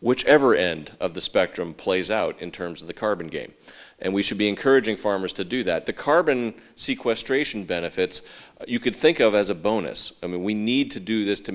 whichever end of the spectrum plays out in terms of the carbon game and we should be encouraging farmers to do that the carbon sequestration benefits you could think of as a bonus i mean we need to do this to